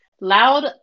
loud